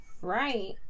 Right